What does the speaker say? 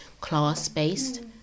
class-based